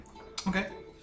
Okay